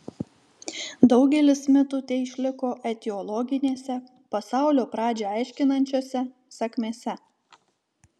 daugelis mitų teišliko etiologinėse pasaulio pradžią aiškinančiose sakmėse